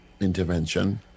intervention